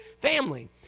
family